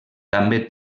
també